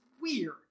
weird